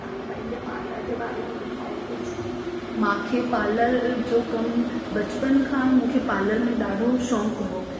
तव्हां पंहिंजे पार्लर जे बारे में ॿुधायो कुझु मूंखे पार्लर जो कमु बचपन खां मूंखे पार्लर में ॾाढो शौक़ु हुओ